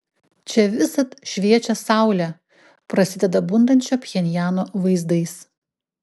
čia visad šviečia saulė prasideda bundančio pchenjano vaizdais